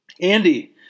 Andy